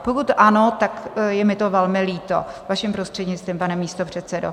Pokud ano, tak je mi to velmi líto, vaším prostřednictvím, pane místopředsedo.